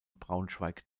braunschweig